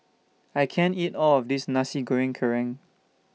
I can't eat All of This Nasi Goreng Kerang